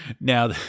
now